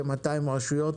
כ-200 רשויות,